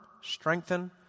strengthen